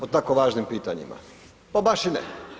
O tako važnim pitanjima, pa baš i ne.